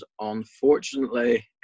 unfortunately